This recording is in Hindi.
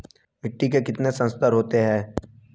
मिट्टी के कितने संस्तर होते हैं?